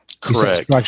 Correct